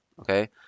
okay